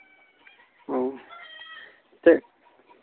ᱦᱮᱸ ᱪᱮᱫ